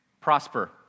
Prosper